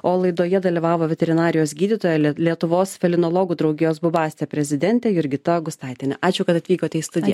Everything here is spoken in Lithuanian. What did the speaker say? o laidoje dalyvavo veterinarijos gydytojalie lietuvos felinologų draugijos buvaste prezidentė jurgita gustaitiene ačiū kad atvykote į